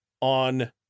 on